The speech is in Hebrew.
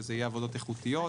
שיהיו עבודות איכותיות.